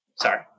Sorry